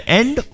end